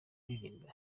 kuririmba